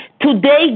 Today